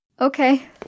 Okay